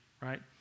right